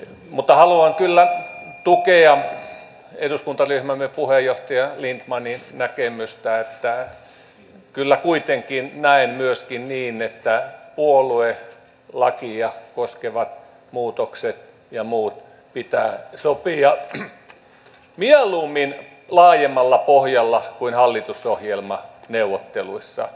mutta haluan kyllä tukea eduskuntaryhmämme puheenjohtaja lindtmanin näkemystä että kyllä kuitenkin näen myöskin niin että puoluelakia koskevat muutokset ja muut pitää sopia mieluummin laajemmalla pohjalla kuin hallitusohjelmaneuvotteluissa